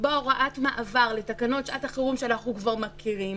לקבוע הוראת מעבר לתקנות שעת החירום שאנחנו כבר מכירים,